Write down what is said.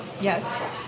Yes